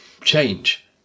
change